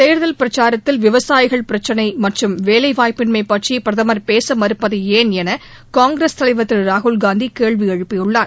தேர்தல் பிரச்சாரத்தில் விவசாயிகள் பிரச்னை மற்றும் வேலை வாய்ப்பின்மை பற்றி பிரதமர் பேச மறுப்பது ஏன் என காங்கிரஸ் தலைவர் திரு ராகுல்காந்தி கேள்வி எழுப்பியுள்ளார்